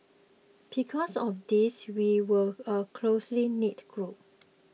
because of this we were a closely knit group